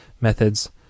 methods